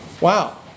wow